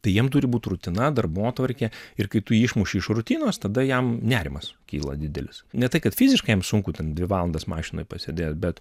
tai jiem turi būt rutina darbotvarkė ir kai tu jį išmuši iš rutinos tada jam nerimas kyla didelis ne tai kad fiziškai jam sunku ten dvi valandas mašinoj pasėdėt bet